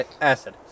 acid